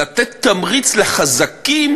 לתת תמריץ לחזקים